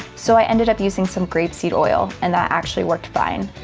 so i ended up using some grape seed oil, and that actually worked fine.